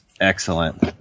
excellent